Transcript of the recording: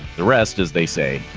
the rest, as they say,